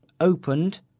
opened